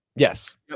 Yes